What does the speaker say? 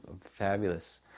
fabulous